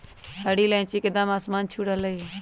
हरी इलायची के दाम आसमान छू रहलय हई